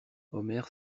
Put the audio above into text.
omer